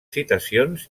citacions